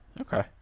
Okay